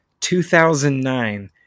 2009